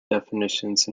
definitions